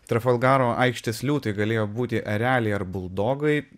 trafalgaro aikštės liūtai galėjo būti ereliai ar buldogai